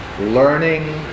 learning